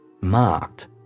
marked